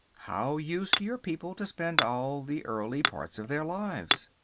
how used your people to spend all the early part of their lives?